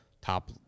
top